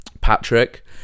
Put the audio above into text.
Patrick